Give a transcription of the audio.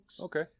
Okay